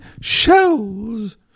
shells